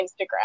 Instagram